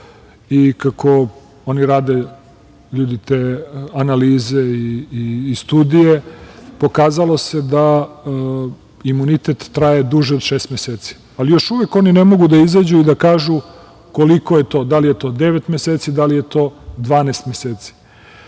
i kako oni ljude rade te analize i studije, pokazalo se da imunitet traje duže od šest meseci, ali još uvek oni ne mogu da izađu i da kažu koliko je to. Da li je to devet meseci, da li je to 12 meseci. Šta